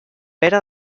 pere